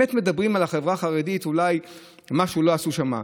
באמת מדברים על החברה החרדית שאולי משהו לא עשו שם.